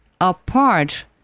apart